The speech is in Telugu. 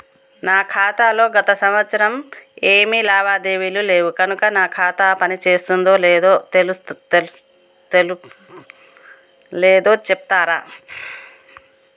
నా ఖాతా లో గత సంవత్సరం ఏమి లావాదేవీలు లేవు కనుక నా ఖాతా పని చేస్తుందో లేదో చెప్తరా?